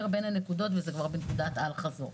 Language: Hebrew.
בין הנקודות וזה כבר בנקודת האל חזור.